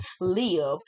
live